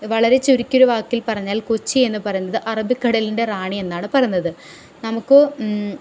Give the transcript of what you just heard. വളരെ ചുരുക്കി ഒരു വാക്കിൽ പറഞ്ഞാൽ കൊച്ചി എന്നു പറയുന്നത് അറബിക്കടലിൻ്റെ റാണി എന്നാണ് പറയുന്നത് നമുക്ക്